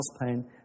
pain